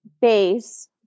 base